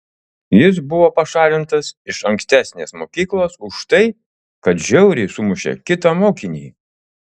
jis buvo pašalintas iš ankstesnės mokyklos už tai kad žiauriai sumušė kitą mokinį